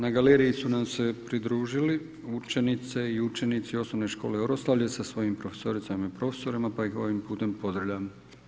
Na galeriju su nam se pridružili učenice i učenici osnovne škole Oroslavlje sa svojim profesoricama i profesorima, pa ih ovim putem pozdravljam.